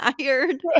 tired